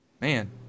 Man